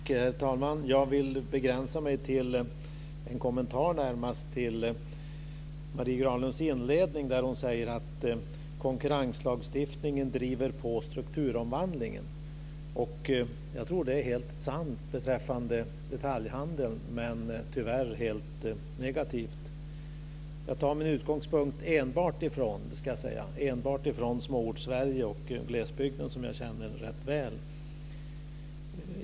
Herr talman! Jag vill begränsa mig till en kommentar till Marie Granlunds inledning. Hon sade att konkurrenslagstiftningen driver på strukturomvandlingen. Jag tror att det är helt sant beträffande detaljhandeln men tyvärr helt negativt. Jag ska säga att jag tar min utgångspunkt enbart från Småortssverige och glesbygden, som jag känner rätt väl.